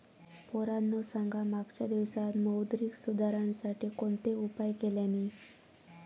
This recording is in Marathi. पोरांनो सांगा मागच्या दिवसांत मौद्रिक सुधारांसाठी कोणते उपाय केल्यानी?